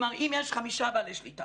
אם יש חמישה בעלי שליטה